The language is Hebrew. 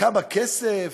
כמה כסף,